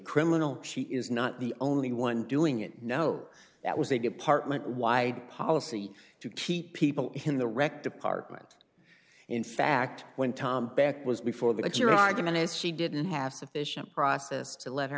criminal she is not the only one doing it no that was a department wide policy to keep people in the rec department in fact when tom back was before but your argument is she didn't have sufficient process to let her